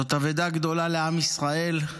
זאת אבדה גדולה לעם ישראל,